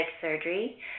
surgery